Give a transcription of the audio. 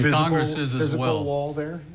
congress is as well. a wall there?